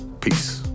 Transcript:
peace